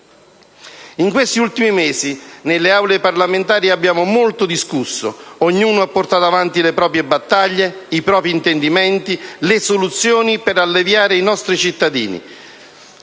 In questi ultimi mesi nelle Aule parlamentari abbiamo molto discusso, ognuno ha portato avanti le proprie battaglie, i propri intendimenti, le soluzioni per alleviare ai nostri cittadini